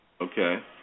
okay